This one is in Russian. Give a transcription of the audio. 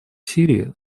сирии